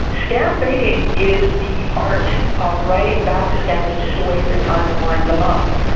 scam-baiting is the art of writing back to scammers just to waste their time and wind them up.